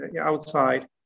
outside